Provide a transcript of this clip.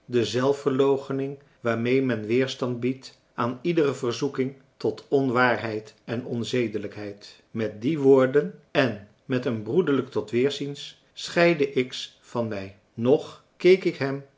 de zelfverloochening waarmee men weerstand biedt aan iedere verzoeking tot onwaarheid en onzedelijkheid met die woorden en met een broederlijk tot weerziens scheidde x van mij nog keek ik hem